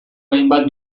hainbat